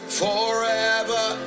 forever